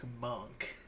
Monk